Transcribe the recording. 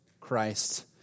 Christ